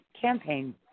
Campaign